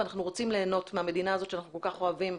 ואנחנו רוצים ליהנות מהמדינה הזאת שאנחנו כל כך אוהבים,